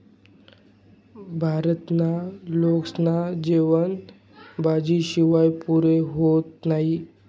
भारतना लोकेस्ना जेवन भाजी शिवाय पुरं व्हतं नही